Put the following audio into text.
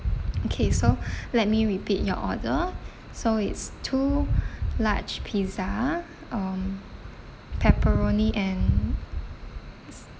okay so let me repeat your order so it's two large pizza um pepperoni and